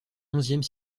onzième